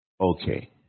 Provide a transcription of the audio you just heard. Okay